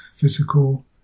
physical